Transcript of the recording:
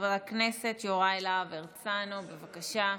חבר הכנסת יוראי להב הרצנו, בבקשה.